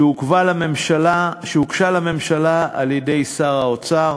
שהוגשה לממשלה על-ידי שר האוצר.